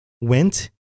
went